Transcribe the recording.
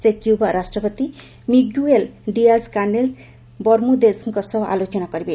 ସେ କ୍ୟୁବା ରାଷ୍ଟ୍ରପତି Miguel Diaz Canel ବରମୁଦେଜଙ୍କ ସହ ଆଲୋଚନା କରିବେ